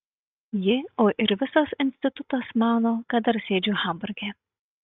ji o ir visas institutas mano kad dar sėdžiu hamburge